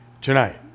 tonight